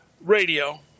radio